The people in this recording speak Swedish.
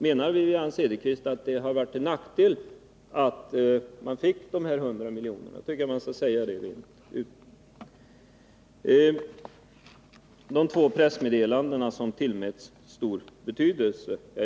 Menar Wivi-Anne Cederqvist att det har varit till nackdel att företaget fick dessa 100 miljoner? I så fall tycker jag att hon skall säga det rent ut. Så till de två pressmeddelandena, som tillmätts stor betydelse.